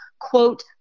quote